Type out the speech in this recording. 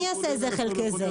אני אעשה זה חלקי זה.